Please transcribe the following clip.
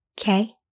okay